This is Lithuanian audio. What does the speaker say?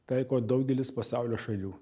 taiko daugelis pasaulio šalių